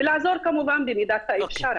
ולעזור כמובן במידת האפשר.